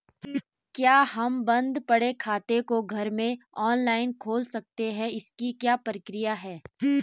क्या हम बन्द पड़े खाते को घर में ऑनलाइन खोल सकते हैं इसकी क्या प्रक्रिया है?